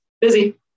Busy